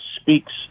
speaks